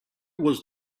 was